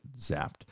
zapped